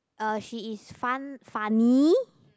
uh she is fun~ funny